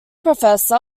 professor